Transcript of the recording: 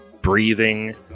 breathing